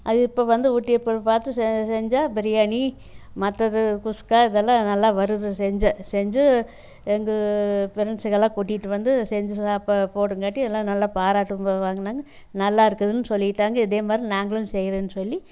அது இப்போ வந்து யூடியூப்பில் பார்த்து செ செஞ்சால் பிரியாணி மற்றது குஸ்கா இதெல்லாம் நல்லா வருது செஞ்சேன் செஞ்சு எங்கள் ஃப்ரெண்ட்ஸுகளாம் கூட்டிட்டு வந்து செஞ்சு சாப்பாடு போடங்காட்டி எல்லாம் நல்லா பாராட்டும் வாங்குனாங்க நல்லாருக்குதுன்னு சொல்லிட்டாங்க இதே மாதிரி நாங்களும் செய்யறேன்னு சொல்லி